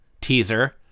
teaser